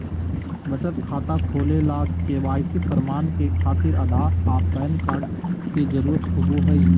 बचत खाता खोले ला के.वाइ.सी प्रमाण के खातिर आधार आ पैन कार्ड के जरुरत होबो हइ